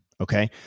Okay